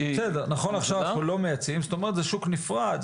נכון לעכשיו אנחנו לא מייצאים כלומר זה שוק נפרד.